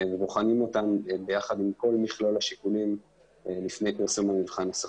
בוחנים אותן ביחד עם כל מכלול השיקולים לפני פרסום המבחן הסופי.